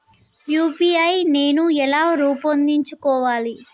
UPI నేను ఎలా రూపొందించుకోవాలి?